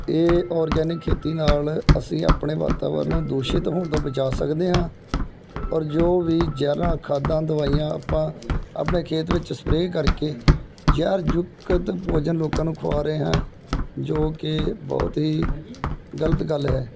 ਇਹ ਔਰਗੈਨਿਕ ਖੇਤੀ ਨਾਲ ਅਸੀਂ ਆਪਣੇ ਵਾਤਾਵਰਨ ਦੂਸ਼ਿਤ ਹੋਣ ਤੋਂ ਬਚਾ ਸਕਦੇ ਹਾਂ ਔਰ ਜੋ ਵੀ ਜ਼ਹਿਰਾਂ ਖਾਦਾਂ ਦਵਾਈਆਂ ਆਪਾਂ ਆਪਣੇ ਖੇਤ ਵਿੱਚ ਸਪਰੇਅ ਕਰਕੇ ਜ਼ਹਿਰ ਯੁਕਤ ਭੋਜਨ ਲੋਕਾਂ ਨੂੰ ਖਵਾ ਰਹੇ ਹਾਂ ਜੋ ਕਿ ਬਹੁਤ ਹੀ ਗਲਤ ਗੱਲ ਹੈ